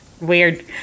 Weird